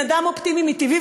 אני בן-אדם אופטימי מטבעי,